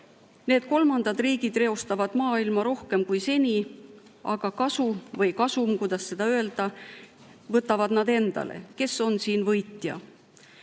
Need kolmandad riigid reostavad maailma rohkem kui seni, aga kasu või kasumi – kuidas seda öelda – võtavad nad endale. Kes on siin võitja?